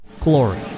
Glory